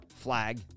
Flag